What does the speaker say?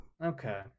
Okay